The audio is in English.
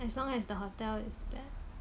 as long as the hotel is bad